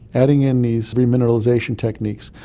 adding in these re-mineralisation techniques,